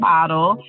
Bottle